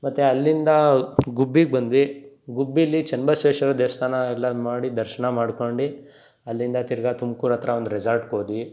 ಮತ್ತೆ ಅಲ್ಲಿಂದ ಗುಬ್ಬಿಗೆ ಬಂದ್ವಿ ಗುಬ್ಬಿಲಿ ಚೆನ್ನಬಸ್ವೇಶ್ವರ ದೇವಸ್ಥಾನ ಎಲ್ಲ ಮಾಡಿ ದರ್ಶನ ಮಾಡ್ಕೊಂಡು ಅಲ್ಲಿಂದ ತಿರಗಾ ತುಮಕೂರು ಹತ್ರ ಒಂದು ರೆಸಾರ್ಟಿಗೆ ಹೋದ್ವಿ